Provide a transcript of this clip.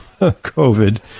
COVID